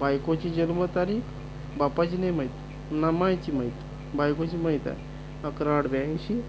बायकोची जन्मतारीख बापाची नाही माहीत ना माईची माहीत बायकोची माहीत आहे अकरा आठ ब्याऐंशी